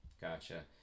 Gotcha